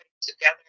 together